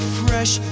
fresh